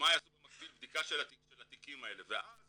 קודמיי עשו במקביל בדיקה של התיקים האלה, ואז